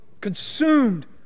consumed